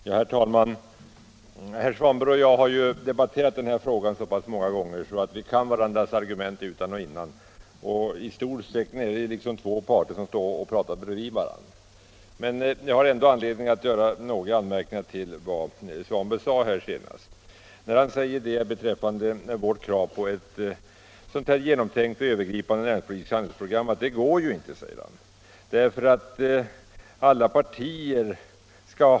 Herr talman! Herr Svanberg och jag har debatterat denna fråga så pass många gånger att vi kan varandras argument utan och innan. I stort sett är vi två parter som pratar bredvid varandra. Jag har ändå anledning att göra några anmärkningar till vad herr Svanberg senast sade. Beträffande vårt krav på ett genomtänkt och övergripande närings Näringspolitiken Näringspolitiken politiskt handlingsprogram säger herr Svanberg att det inte går att genomföra.